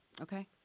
Okay